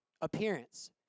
appearance